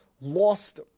lost